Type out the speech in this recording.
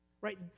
Right